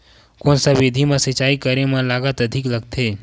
कोन सा विधि म सिंचाई करे म लागत अधिक लगथे?